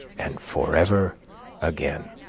and forever again.